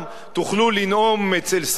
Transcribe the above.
תוכלו לנאום אצל סבן,